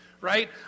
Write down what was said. right